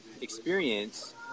experience